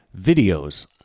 videos